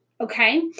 okay